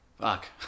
fuck